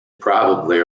probably